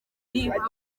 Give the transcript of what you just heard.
yifuza